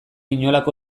inolako